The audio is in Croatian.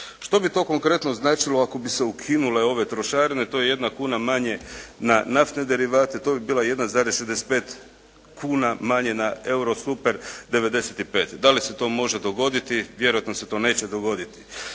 Što bi to konkretno značilo ako bi se ukinule ove trošarine, to je jedna kuna manje na naftne derivate, to bi bila 1,65 kuna manje na eurosuper 95. Da li se to može dogoditi? Vjerojatno se to neće dogoditi.